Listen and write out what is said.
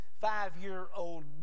Five-year-old